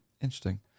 interesting